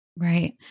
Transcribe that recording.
Right